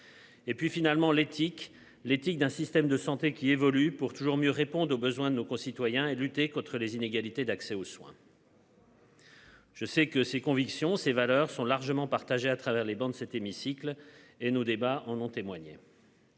Et puis finalement l'éthique l'éthique d'un système de santé qui évolue pour toujours mieux répondre aux besoins de nos concitoyens et lutter contre les inégalités d'accès aux soins. Je sais que ses convictions, ses valeurs sont largement partagées à travers les bancs de cet hémicycle et nos débats en ont témoigné.